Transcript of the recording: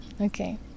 Okay